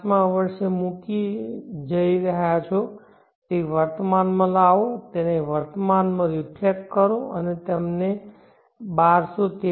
5 મા વર્ષે મૂકવા જઇ રહ્યા છો તે વર્તમાનમાં લાવો તેને વર્તમાનમાં રિફ્લેક્ટ કરો અને તમને 1223